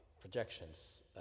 projections